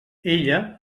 ella